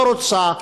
לא רוצה.